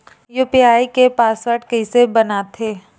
UPI के password कइसे बनाथे?